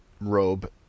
robe